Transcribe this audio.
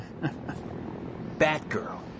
Batgirl